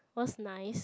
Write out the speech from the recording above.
what's nice